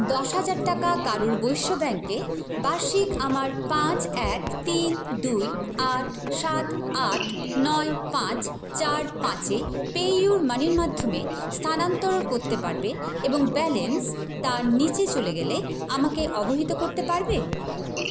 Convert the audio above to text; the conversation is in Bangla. দশ হাজার টাকা কারুর বৈশ্য ব্যাঙ্কে বার্ষিক আমার পাঁচ এক তিন দুই আট সাত আট নয় পাঁচ চার পাঁচে পেইউমানির মাধ্যমে স্থানান্তর করতে পারবে এবং ব্যালেন্স তার নিচে চলে গেলে আমাকে অবহিত করতে পারবে